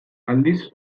aldiz